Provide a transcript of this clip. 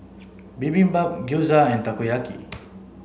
Bibimbap Gyoza and Takoyaki